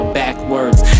backwards